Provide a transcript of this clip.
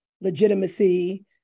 legitimacy